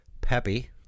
peppy